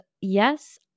yes